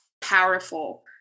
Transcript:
powerful